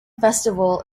festival